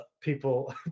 people